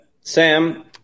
Sam